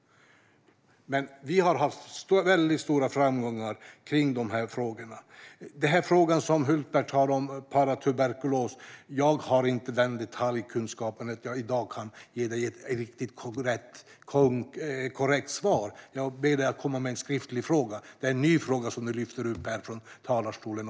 Vi har haft väldigt stora framgångar i dessa frågor. När det gäller frågan om paratuberkulos som Hultberg tar upp har jag inte den detaljkunskapen att jag i dag kan ge dig ett korrekt svar. Jag ber dig att ställa en skriftlig fråga, eftersom det är en ny fråga du lyfter upp från talarstolen.